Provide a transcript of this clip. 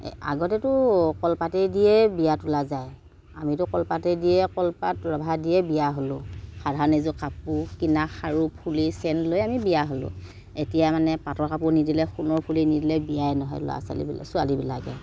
আগতেতো কলপাতেদিয়ে বিয়া তুলা যায় আমিতো কলপাতেদিয়ে কলপাত ৰভা দিয়ে বিয়া হ'লো সাধাৰণ এযোৰ কাপোৰ কিনা খাৰু ফুলি চেইন লৈয়ে আমি বিয়া হ'লো এতিয়া মানে পাটৰ কাপোৰ নিদিলে সোণৰ ফুলি নিদিলে বিয়াই নহয় লৰা ছোৱালী ছোৱালীবিলাকে